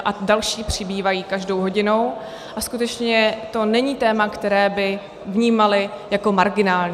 A další přibývají každou hodinou a skutečně to není téma, které by vnímali jako marginální.